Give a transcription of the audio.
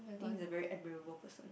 think he's a very admirable person